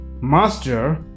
Master